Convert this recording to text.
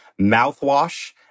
mouthwash